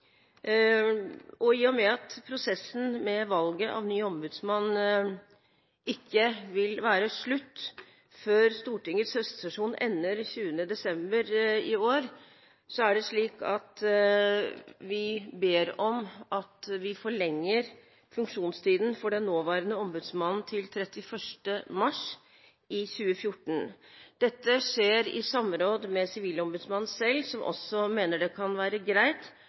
og i og med at prosessen rundt valget av ny ombudsmann ikke vil være slutt før Stortingets høstsesjon ender 20. desember i år, ber vi om at funksjonstiden for den nåværende ombudsmannen forlenges til 31. mars 2014. Dette skjer i samråd med sivilombudsmannen selv, som også mener det kan være greit